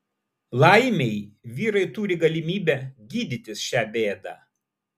laimei vyrai turi galimybę gydytis šią bėdą